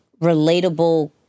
relatable